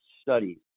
studies